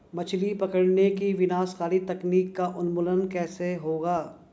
मछली पकड़ने की विनाशकारी तकनीक का उन्मूलन कैसे होगा?